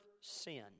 sin